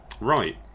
Right